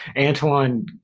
Antoine